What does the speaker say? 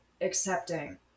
accepting